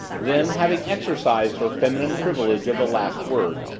then, having exercised her feminine privilege of the last word,